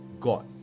God